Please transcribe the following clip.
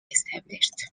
established